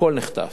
הכול נחטף.